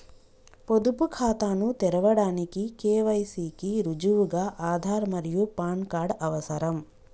పొదుపు ఖాతాను తెరవడానికి కే.వై.సి కి రుజువుగా ఆధార్ మరియు పాన్ కార్డ్ అవసరం